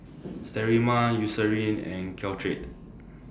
Sterimar Eucerin and Caltrate